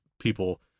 people